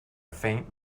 faint